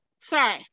Sorry